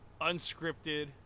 unscripted